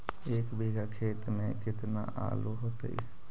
एक बिघा खेत में केतना आलू होतई?